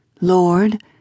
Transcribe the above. Lord